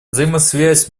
взаимосвязь